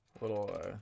Little